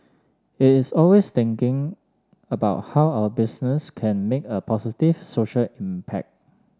he is always thinking about how our business can make a positive social impact